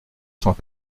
cent